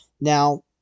Now